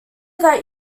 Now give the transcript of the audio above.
that